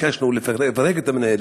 ביקשנו לפרק אותה,